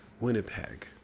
Winnipeg